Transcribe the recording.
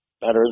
better